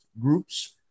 groups